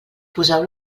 poseu